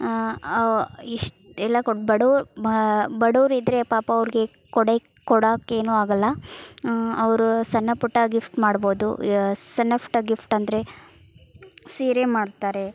ಇಷ್ಟೆಲ್ಲ ಕೊಟ್ಟು ಬಡವ್ರು ಬಡವರಿದ್ರೆ ಪಾಪ ಅವ್ರಿಗೆ ಕೊಡು ಕೊಡಕ್ಕೇನೂ ಆಗಲ್ಲ ಅವರು ಸಣ್ಣಪುಟ್ಟ ಗಿಫ್ಟ್ ಮಾಡ್ಬೋದು ಸಣ್ಣಫ್ಟ ಗಿಫ್ಟಂದರೆ ಸೀರೆ ಮಾಡ್ತಾರೆ